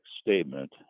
statement